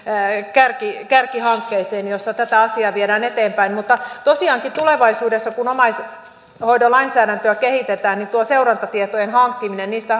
kärkihankkeisiin joissa tätä asiaa viedään eteenpäin tosiaankin tulevaisuudessa kun omaishoidon lainsäädäntöä kehitetään tuo seurantatietojen hankkiminen niistä